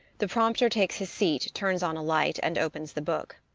the prompter takes his seat, turns on a light, and opens the book.